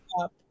up